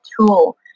tool